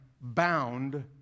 bound